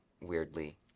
weirdly